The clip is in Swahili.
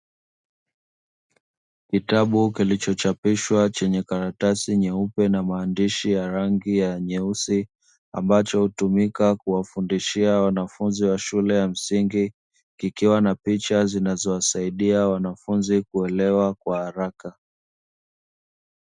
Kitabu kilichochapishwa chenye karatasi nyeupe na maandishi ya rangi ya nyeusi, ambacho hutumika kuwafundishia wanafunzi wa shule ya msingi kikiwa na picha zinazowasaidia wanafunzi kuelewa kwa haraka.